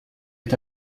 est